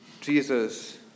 Jesus